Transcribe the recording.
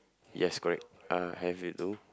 yes correct I have it though